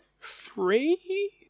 three